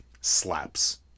slaps